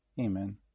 Amen